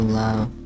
love